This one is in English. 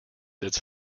its